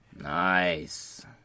Nice